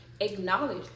acknowledge